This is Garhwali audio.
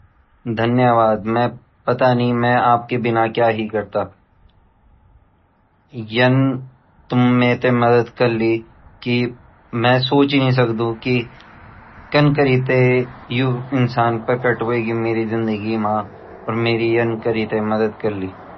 धन्यवाद पता नहीं मै आपके बिना क्या ही करता यन तुमन मैते मदद कर्ली की मैं सोचही नि सकदु की कन करि यु इंसान प्रकट वेगि मेरी जिंदगी मा अर मेरी यन कर्ली।